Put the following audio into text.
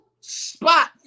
spot